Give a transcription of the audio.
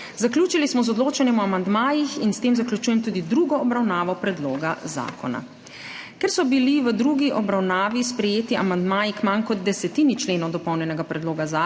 Zaključili smo z odločanjem o amandmajih in s tem zaključujem tudi drugo obravnavo predloga zakona. Ker so bili v drugi obravnavi sprejeti amandmaji k manj kot desetini členov dopolnjenega predloga zakona